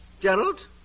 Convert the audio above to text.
Gerald